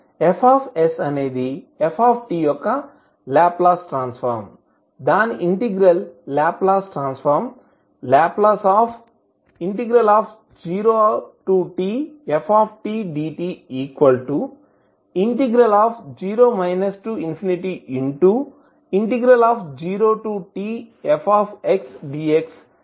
F అనేది f యొక్క Laplace transform దాని integral Laplace transform L0tftdt0 0tfxdxe stdt అవుతుంది